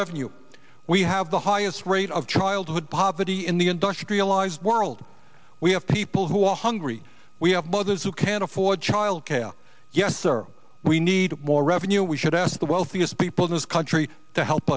revenue we have the highest rate of childhood poverty in the industrialized world we have people who are hungry we have mothers who can afford child care yes sir we need more revenue we should ask the wealthiest people in this country to help